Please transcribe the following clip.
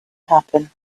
happen